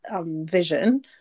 vision